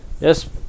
Yes